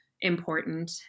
important